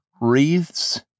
wreaths